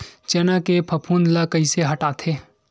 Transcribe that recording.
चना के फफूंद ल कइसे हटाथे?